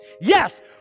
Yes